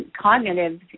cognitive